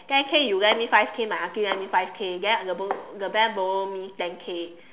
ten K you lend me five K my aunty lend me five K then the bank the bank borrow me ten K